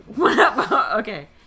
Okay